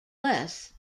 less